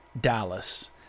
Dallas